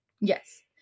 Yes